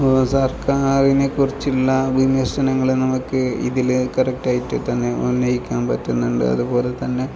സർക്കാരിനെ കുറിച്ചുള്ള വിമർശനങ്ങളെ നമുക്ക് ഇതിൽ കറക്റ്റായിട്ടു തന്നെ ഉന്നയിക്കാൻ പറ്റുന്നുണ്ട് അതുപോലെതന്നെ